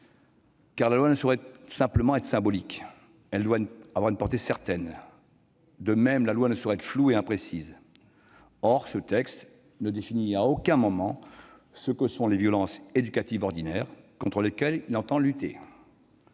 car la loi ne saurait être seulement symbolique : elle doit avoir une portée certaine ! De même, la loi ne saurait être floue ou imprécise. Or ce texte ne définit à aucun moment ce que sont les violences éducatives ordinaires contre lesquelles il s'agit de lutter.